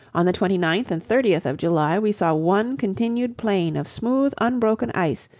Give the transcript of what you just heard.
on the twenty ninth and thirtieth of july we saw one continued plain of smooth unbroken ice,